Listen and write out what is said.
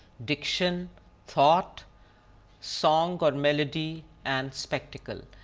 diction thought song or melody and spectacle.